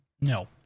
No